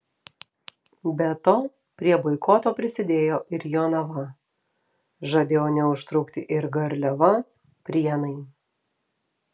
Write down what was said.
be to prie boikoto prisidėjo ir jonava žadėjo neužtrukti ir garliava prienai